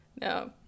No